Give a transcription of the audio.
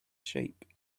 shape